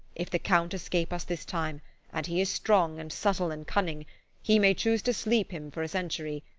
if the count escape us this time and he is strong and subtle and cunning he may choose to sleep him for a century,